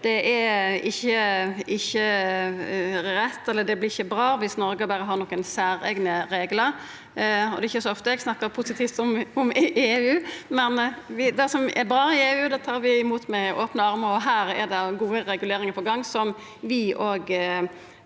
det vert ikkje bra, viss Noreg berre har nokon særeigne reglar. Det er ikkje så ofte eg snakkar positivt om EU, men det som er bra i EU, tar vi imot med opne armar. Her er det gode reguleringar på gang som vi òg